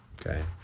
Okay